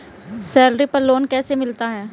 Salary पर loan कैसे मिलता है?